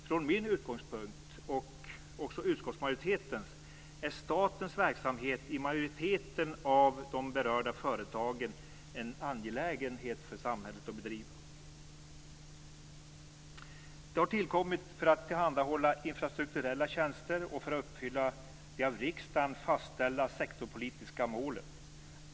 Från min och utskottsmajoritetens utgångspunkt är statens verksamhet i majoriteten av de berörda företagen en angelägenhet för samhället att bedriva. De har tillkommit för att tillhandahålla infrastrukturella tjänster och för att uppfylla de av riksdagen fastställda sektorpolitiska målen.